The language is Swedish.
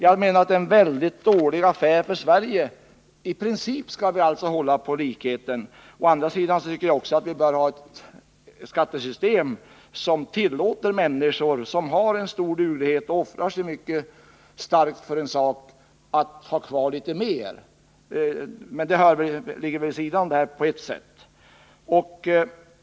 Det är alltså, anser jag, en dålig affär för Sverige att han flyttar utomlands. I princip skall vi hålla på likheten för alla. Å andra sidan bör vi ha ett skattesystem som tillåter människor som har stor duglighet och som offrar sig för en sak att ha kvar litet mer. Men detta ligger vid sidam om min fråga.